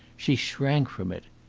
she shrank from it.